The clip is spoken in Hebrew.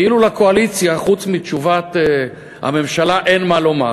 כאילו לקואליציה, חוץ מתשובת הממשלה, אין מה לומר.